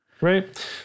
right